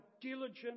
diligent